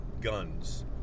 guns